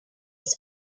his